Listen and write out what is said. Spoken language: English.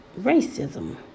racism